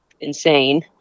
insane